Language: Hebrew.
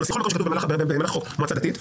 בכל מקום שיהיה כתוב במהלך החוק מועצה דתית,